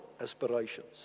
aspirations